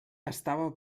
estava